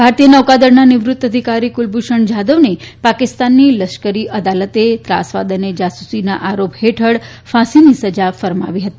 ભારતીય નૌકાદળના નિવૃત્ત અધિકારી કુલભૂષણ જાદવને ૌાકિસ્તાનની લશ્કરી અદાલતે ત્રાસવાદ અને જાસૂસીના આરો હેઠળ ફાંસીની સજા ફરમાવી હતી